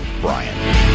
Brian